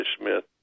Smith